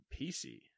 PC